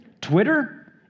Twitter